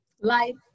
Life